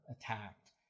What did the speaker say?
attacked